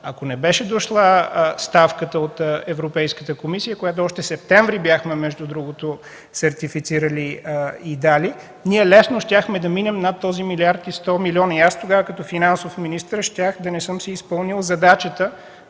Ако не беше дошла ставката от Европейската комисия, която още през септември бяхме сертифицирали и дали, лесно щяхме да минем над този милиард и 100 милиона. Тогава като финансов министър нямаше да съм си изпълнил задачата